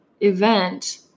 event